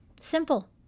Simple